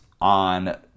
on